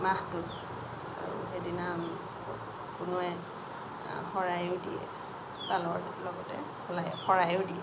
মাহটোত আৰু সেইদিনা আমি কোনোৱে শৰাইও দিয়ে পালৰ লগতে শৰাইও দিয়ে